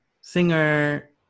singer